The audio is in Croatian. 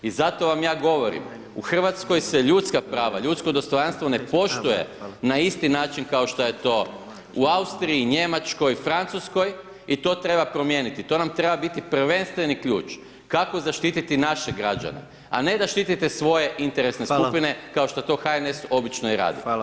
I zato vam ja govorim, u Hrvatskoj se ljudska prava, ljudsko dostojanstvo ne poštuje na isti način, kao što je to u Austriji, Njemačkoj, Francuskoj i to treba promijeniti, to nam treba biti prvenstveni ključ, kako zaštiti naše građane, a ne da štitile svoje interesne skupine kao što to HNS obično i radi.